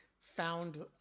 found